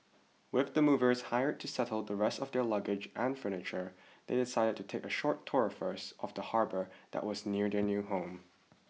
with the movers hired to settle the rest of their luggage and furniture they decided to take a short tour first of the harbour that was near their new home